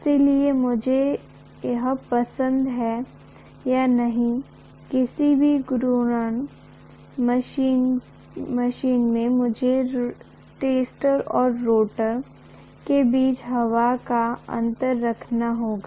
इसलिए मुझे यह पसंद है या नहीं किसी भी घूर्णन मशीन में मुझे स्टेटर और रोटर के बीच हवा का अंतर रखना होगा